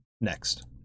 next